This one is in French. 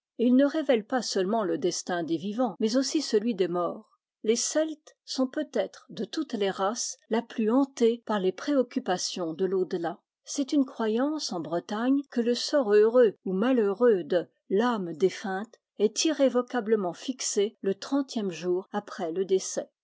il ne révèle pas seulement lo destin des vivants mais aussi celui des morts les celtes sont peut-être de toutes les races la plus hantée par les préoccupations de l'au delà c'est une croyance en breta gne que le sort heureux ou malheureux de l âme défunte est irrévocablement fixé le trentième jour après le décès